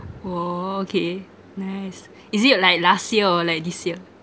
!whoa! okay nice is it like last year or like this year